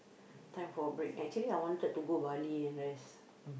time for a break actually I wanted to go Bali and rest